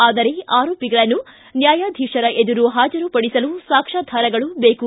ಆದರೆ ಆರೋಪಿಗಳನ್ನು ನ್ಯಾಯಾಧೀಶರ ಎದುರು ಹಾಜರುಪಡಿಸಲು ಸಾಕ್ಷ್ವಾಧಾರಗಳು ಬೇಕು